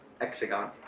Hexagon